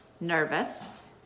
nervous